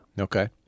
Okay